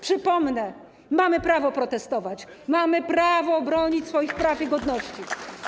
Przypomnę, mamy prawo protestować, mamy prawo bronić swoich praw i godności.